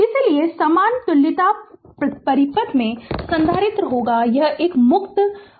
Refer Slide Time 2150 इसलिए समान तुल्यता परिपथ यह संधारित्र होगा यह एक स्रोत मुक्त परिपथ है